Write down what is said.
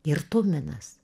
ir tuminas